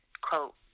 quote